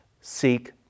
Seek